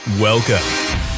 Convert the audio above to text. Welcome